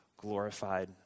glorified